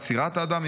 יצירת האדם,